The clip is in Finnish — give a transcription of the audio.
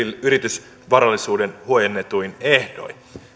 yritysvarallisuuden huojennetuin ehdoin